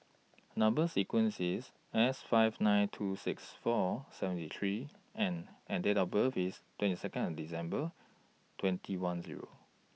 Number sequence IS S five nine two six four seventy three N and and Date of birth IS twenty Second of December twenty one Zero